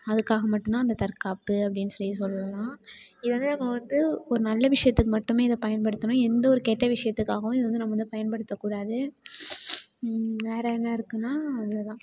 அதுக்காக மட்டும்தான் அந்த தற்காப்பு அப்டின்னு சொல்லி சொல்லலாம் இது வந்து நம்ம வந்து ஒரு நல்ல விஷயத்துக்கு மட்டுமே இதை பயன்படுத்தணும் எந்த ஒரு கெட்ட விஷயத்துக்காகவும் இத வந்து நம்ம வந்து பயன்படுத்தக்கூடாது வேறு என்ன இருக்குதுன்னா அவ்வளோதான்